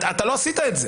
לא עשית את זה,